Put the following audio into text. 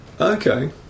Okay